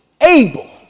able